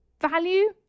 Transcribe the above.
value